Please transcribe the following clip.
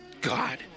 God